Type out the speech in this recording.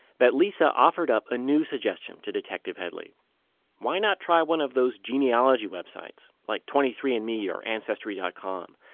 that lisa offered up a new suggestion to detective headley why not try one of those genealogy websites, like twenty three and andme or ancestry dot com?